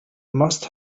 must